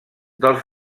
dels